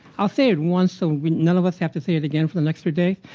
i'll say it once, so none of us have to say it again for the next three days.